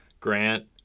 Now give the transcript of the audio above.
Grant